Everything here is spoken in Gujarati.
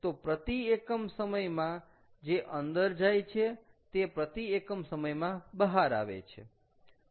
તો પ્રતિ એકમ સમયમાં માં જે અંદર જાય છે તે પ્રતિ એકમ સમયમાં બહાર આવે છે